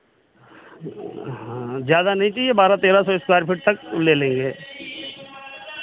हाँ ज़्यादा नहीं चाहिए बारह तेरह सौ स्क्वाॅयर फ़ीट तक ले लेंगे